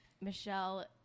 Michelle